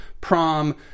prom